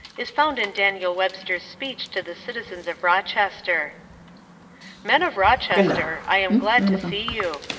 is found in daniel web ster's speech to the citizens of rochester men of rochester, i am glad to see you.